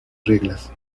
reglas